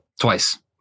Twice